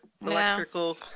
electrical